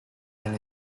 and